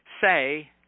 say